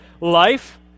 life